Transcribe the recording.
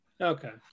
okay